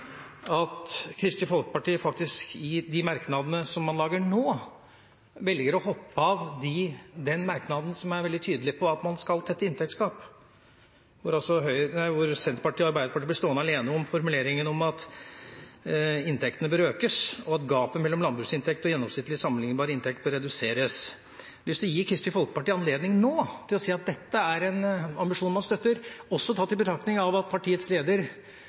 at Kristelig Folkeparti i sine merknader faktisk velger å hoppe av merknaden som er veldig tydelig på at man skal tette inntektstap, slik at Senterpartiet og Arbeiderpartiet blir stående alene om formuleringen om at inntektene bør økes, og at gapet mellom landbruksinntekt og gjennomsnittlig sammenliknbar inntekt bør reduseres. Jeg har lyst til å gi Kristelig Folkeparti anledning til å si nå at dette er en ambisjon man støtter, også tatt i betraktning av at partiets leder